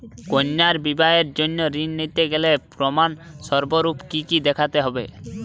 কন্যার বিবাহের জন্য ঋণ নিতে গেলে প্রমাণ স্বরূপ কী কী দেখাতে হবে?